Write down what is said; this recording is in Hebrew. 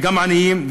וגם עניים,